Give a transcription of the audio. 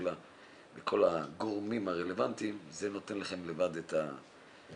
הפעולה של כל הגורמים הרלוונטיים זה נותן לכם לבד את הסיפוק.